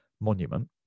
monument